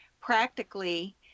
practically